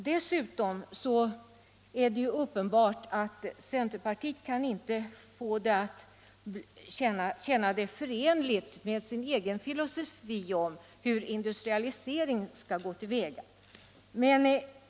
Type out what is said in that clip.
Dessutom är det uppenbart att centerpartiet inte kan få det att kännas förenligt med sin egen filosofi om hur industrialisering skall gå till.